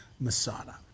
Masada